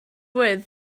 with